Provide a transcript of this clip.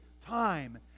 time